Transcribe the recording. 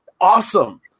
Awesome